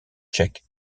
tchèque